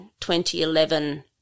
2011